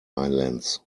islands